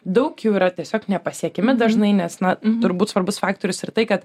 daug jų yra tiesiog nepasiekiami dažnai nes na turbūt svarbus faktorius ir tai kad